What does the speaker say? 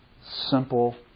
simple